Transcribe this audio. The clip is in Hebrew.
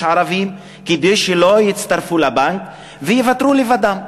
ערבים כדי שלא יצטרפו לבנק וייוותרו לבדם.